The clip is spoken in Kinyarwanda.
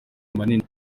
manini